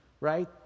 right